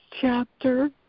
chapter